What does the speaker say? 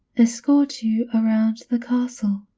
escort you around the castle,